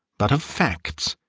but of facts.